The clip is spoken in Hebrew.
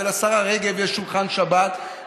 ולשרה רגב יש שולחן שבת,